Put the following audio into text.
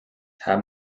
haben